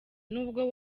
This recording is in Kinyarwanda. n’ubwo